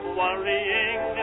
worrying